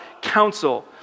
counsel